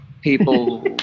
People